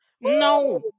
No